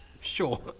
sure